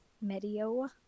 Medio